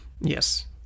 yes